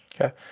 okay